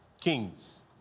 kings